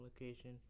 location